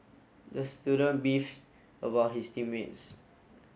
the student beefed about his team mates